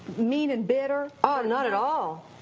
mean and bitter? oh, not at all.